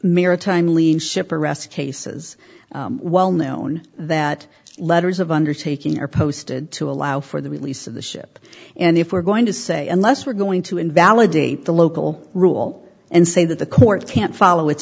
maritime lean ship arrests cases well known that letters of undertaking are posted to allow for the release of the ship and if we're going to say unless we're going to invalidate the local rule and say that the court can't follow its